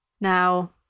Now